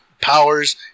powers